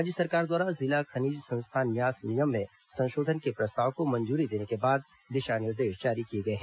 राज्य सरकार द्वारा जिला खनिज संस्थान न्यास नियम में संशोधन के प्रस्ताव को मंजूरी देने के बाद दिशा निर्देश जारी किए गए हैं